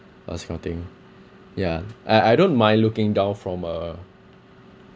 all this kind of thing yeah I I don't mind looking down from a